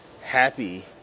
happy